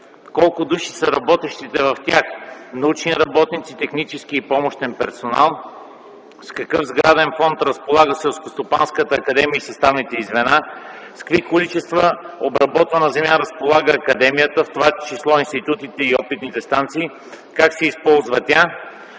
Колко души са работещите в тях – научни работници, технически и помощен персонал? С какъв сграден фонд разполага Селскостопанската академия и съставните й звена, с какви количества обработвана земя разполага академията, в това число институтите и опитните станции, как се използва тя?